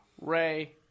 Ray